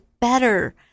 better